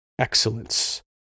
Excellence